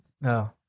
No